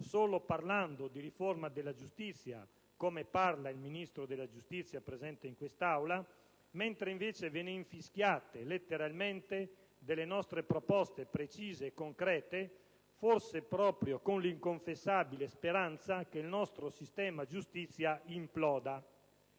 solo parlando - di riforma della giustizia come fa il Ministro della giustizia presente in Aula, quando poi ve ne infischiate letteralmente delle nostre proposte, precise e concrete, forse proprio con l'inconfessabile speranza che il nostro sistema giustizia imploda.